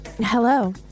Hello